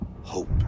hope